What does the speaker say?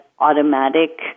automatic